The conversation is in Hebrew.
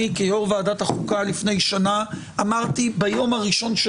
אני כיו"ר ועדת החוקה לפני שנה אמרתי ביום הראשון של